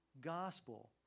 gospel